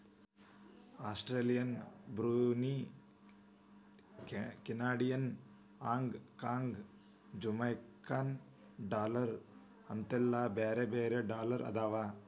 Australian Brunei Canadian Hong Kong Jamaican dollar ಅಂತೆಲ್ಲಾ ಬ್ಯಾರೆ ಬ್ಯಾರೆ ಡಾಲರ್ ಅದಾವ